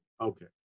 Okay